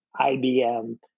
IBM